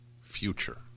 future